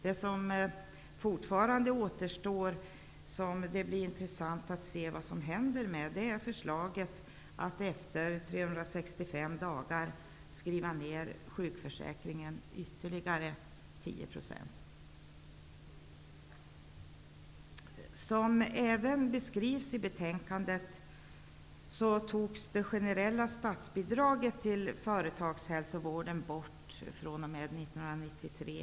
Det som fortfarande återstår är förslaget att efter 365 dagar skriva ned ersättningen med ytterligare 10 %. Det blir intressant att se vad som händer med det. Det generella statsbidraget till företagshälsovården togs bort 1993.